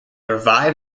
revived